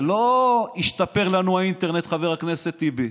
זה לא שישתפר לנו האינטרנט, חבר הכנסת טיבי.